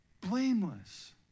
Blameless